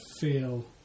feel